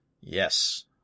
Yes